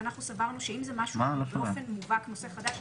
ואנחנו סברנו שאם זה משהו באופן מובהק נושא חדש,